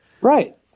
Right